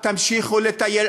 תמשיכו לטייל.